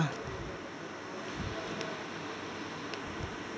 और अब हमनी के खतावा में कितना पैसा ज्यादा भईल बा?